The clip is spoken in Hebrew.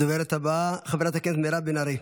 הדוברת הבאה, חברת הכנסת מירב בן ארי.